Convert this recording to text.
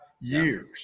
years